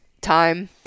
time